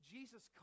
Jesus